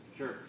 Sure